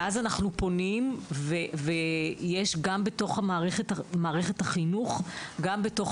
ואז אנחנו פונים ויש גם בתוך מערכת החינוך ובתוך